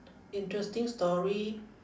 interesting story